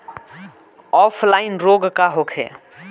Offline रोग का होखे?